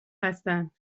هستند